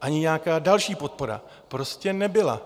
ani nějaká další podpora prostě nebyla.